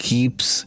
Keeps